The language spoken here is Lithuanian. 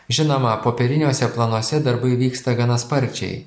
žinoma popieriniuose planuose darbai vyksta gana sparčiai